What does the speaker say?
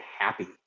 happy